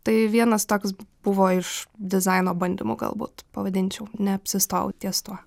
tai vienas toks buvo iš dizaino bandymų galbūt pavadinčiau neapsistojau ties tuo